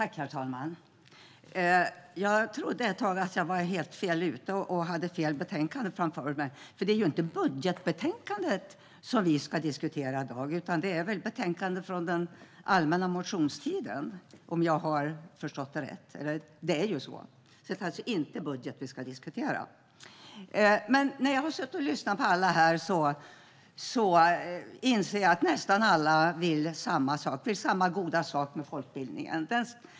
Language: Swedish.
Herr talman! Jag trodde ett tag att jag var helt fel ute och hade fel betänkande framför mig. Det är inte budgetbetänkandet som vi ska diskutera i dag utan ett betänkande med motioner från den allmänna motionstiden om jag har förstått det rätt. Det är ju så. Det är inte budget vi ska diskutera. När jag suttit och lyssnat på alla här inser jag att nästan alla vill samma goda sak med folkbildningen.